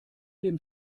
dem